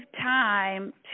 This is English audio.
time